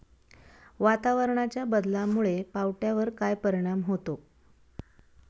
वातावरणाच्या बदलामुळे पावट्यावर काय परिणाम होतो?